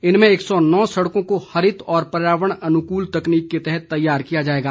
इनमें एक सौ नौ सड़कों को हरित और पर्यावरण अनुकूल तकनीक के तहत तैयार किया जाएगा